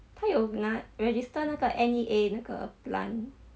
她有那 register 那个 N_E_A 那个 plant